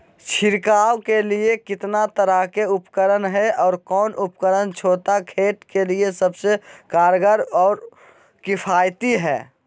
छिड़काव के लिए कितना तरह के उपकरण है और कौन उपकरण छोटा खेत के लिए सबसे कारगर और किफायती है?